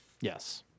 Yes